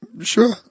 Sure